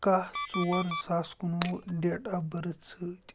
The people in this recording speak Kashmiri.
کَاہ ژور زٕ ساس کُنوُہ ڈیٹ آف بٔرٕتھ سۭتۍ